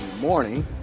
morning